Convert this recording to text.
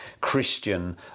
Christian